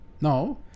no